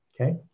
okay